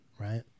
Right